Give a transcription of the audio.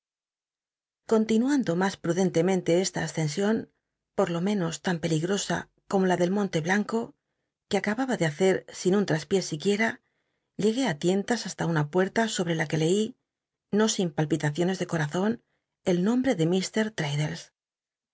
continuando mas pruden temente esta asccnsion por lo menos tan peligrosa como la del monte blanco juc acababa de bacc sin un traspiés siquiera llegué t lientas hasta una puerta sobrc la que leí no sin palpitaciones de comzon el nombrc de